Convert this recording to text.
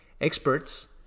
experts